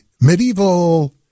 medieval